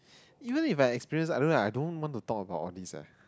even if I experience I don't know I don't want to talk about all these eh